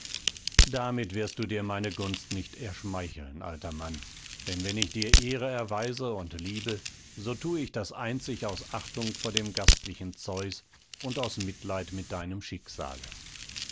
damit wirst du dir meine gunst nicht erschmeicheln alter mann denn wenn ich dir ehre erweise und liebe so thue ich das einzig aus achtung vor dem gastlichen zeus und aus mitleid mit deinem schicksale